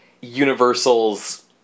Universal's